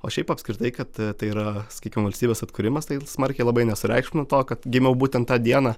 o šiaip apskritai kad tai yra sakykim valstybės atkūrimas tai smarkiai labai nesureikšminu to kad gimiau būtent tą dieną